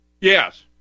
Yes